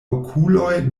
okuloj